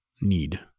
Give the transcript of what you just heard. need